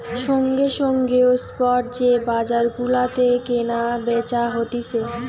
সঙ্গে সঙ্গে ও স্পট যে বাজার গুলাতে কেনা বেচা হতিছে